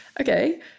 Okay